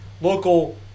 Local